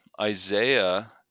Isaiah